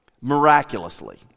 miraculously